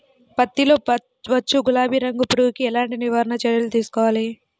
పత్తిలో వచ్చు గులాబీ రంగు పురుగుకి ఎలాంటి నివారణ చర్యలు తీసుకోవాలి?